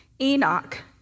Enoch